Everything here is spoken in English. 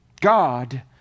God